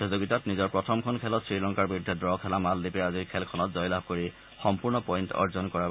প্ৰতিযোগিতাত নিজৰ প্ৰথমখন খেলত শ্ৰীলংকাৰ বিৰুদ্ধে ডু খেলা মালদ্বীপে আজিৰ খেলখনত জয়লাভ কৰি সম্পূৰ্ণ পইণ্ট অৰ্জন কৰাৰ বাবে চেষ্টা চলাব